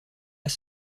pas